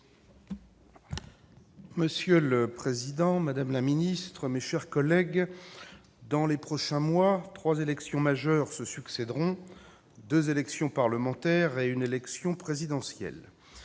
Monsieur le président, madame la ministre, mes chers collègues, dans les prochains mois, trois élections majeures se succéderont : deux élections parlementaires et une élection présidentielle.